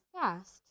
fast